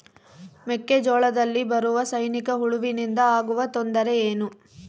ಮೆಕ್ಕೆಜೋಳದಲ್ಲಿ ಬರುವ ಸೈನಿಕಹುಳುವಿನಿಂದ ಆಗುವ ತೊಂದರೆ ಏನು?